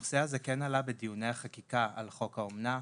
הנושא הזה כן עלה בדיוני החקיקה על חוק האומנה.